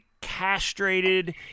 castrated